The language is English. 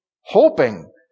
hoping